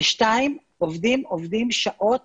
שתיים - עובדים שעות